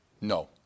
No